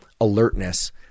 alertness